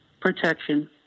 protection